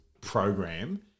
program